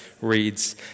reads